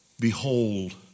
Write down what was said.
Behold